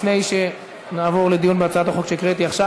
לפני שנעבור לדיון בהצעת החוק שהקראתי עכשיו את שמה,